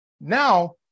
Now